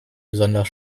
besonders